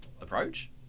approach